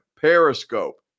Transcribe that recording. Periscope